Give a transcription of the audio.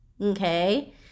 okay